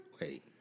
Wait